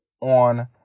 on